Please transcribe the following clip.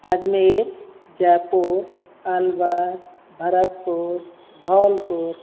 Ajmer Jaipur Alwar Bharatpur Dholpur